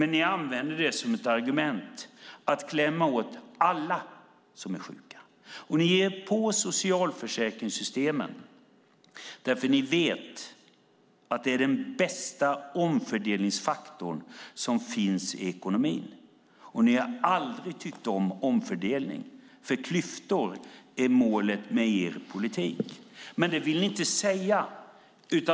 Ni använder det som ett argument för att klämma åt alla som är sjuka. Ni ger er på socialförsäkringssystemen eftersom ni vet att det är den bästa omfördelningsfaktor som finns i ekonomin. Ni har aldrig tyckt om omfördelning. Klyftor är målet med er politik, men det vill ni inte säga.